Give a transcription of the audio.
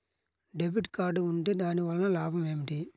Debit card ఉంటే దాని వలన లాభం ఏమిటీ?